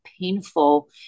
painful